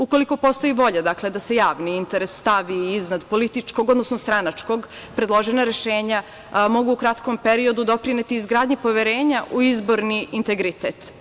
Ukoliko postoji volja da se javni interes stavi iznad političkog, odnosno stranačkog, predložena rešenja mogu u kratkom periodu doprineti izgradnji poverenja u izborni integritet.